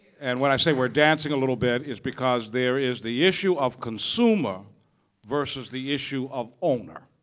and when i say we're dancing a little bit is because there is the issue of consumer versus the issue of owner,